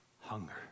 hunger